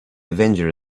avenger